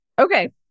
Okay